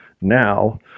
now